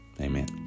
Amen